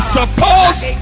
supposed